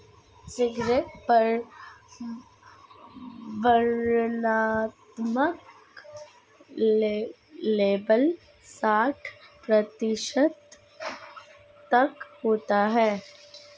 cigarette पर वर्णनात्मक label साठ प्रतिशत तक होता है